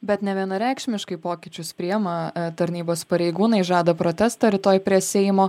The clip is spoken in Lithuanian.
bet nevienareikšmiškai pokyčius priema tarnybos pareigūnai žada protestą rytoj prie seimo